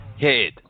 head